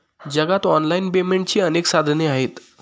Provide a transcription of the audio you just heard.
जगात ऑनलाइन पेमेंटची अनेक साधने आहेत